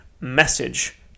message